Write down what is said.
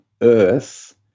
earth